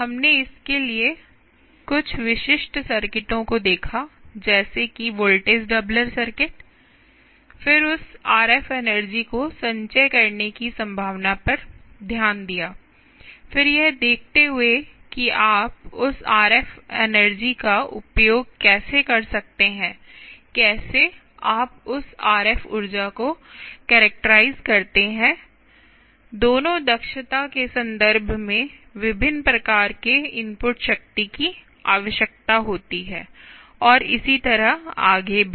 हमने इसके लिए कुछ विशिष्ट सर्किटों को देखा जैसे कि वोल्टेज ड्बलर सर्किट फिर उस आरएफ एनर्जी को संचय करने की संभावना पर ध्यान दिया फिर यह देखते हुए कि आप उस आरएफ एनर्जी का उपयोग कैसे कर सकते हैं कैसे आप उस आरएफ ऊर्जा को कैरेक्टराइज़ करते हैं हैं दोनों दक्षता के संदर्भ में विभिन्न प्रकार की इनपुट शक्ति की आवश्यकता होती है और इसी तरह आगे भी